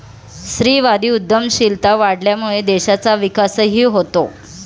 स्त्रीवादी उद्यमशीलता वाढल्यामुळे देशाचा विकासही होतो